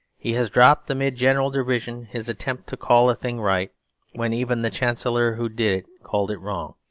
he has dropped, amid general derision, his attempt to call a thing right when even the chancellor who did called it wrong.